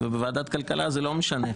ובוועדת כלכלה זה לא משנה,